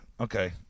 Okay